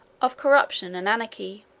of corruption and anarchy.